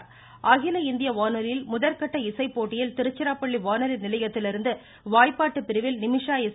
இருவரி அகில இந்திய வானொலியில் முதற்கட்ட இசைப்போட்டியில் திருச்சிராப்பள்ளி வானொலி நிலையத்திலிருந்து வாய்ப்பாட்டு பிரிவில் நிமிஷா எஸ்